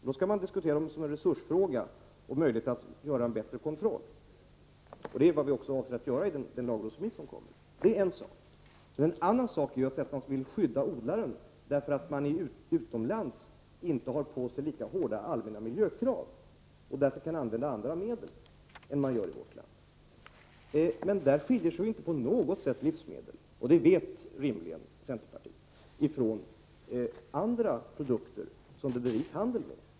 Man skall då diskutera detta som en resursfråga och en fråga om möjlighet att göra en bättre kontroll. Detta är vad vi avser att göra i den lagrådsremiss som skall ske. Det är en sak. En annan sak är att säga att man skall skydda odlarna, eftersom odlarna utomlands inte har att uppfylla lika hårda allmänna miljökrav. De kan därför använda andra medel än man kan göra i vårt land. I det avseendet skiljer sig emellertid inte livsmedlen på något sätt ifrån andra produkter som det bedrivs handel med.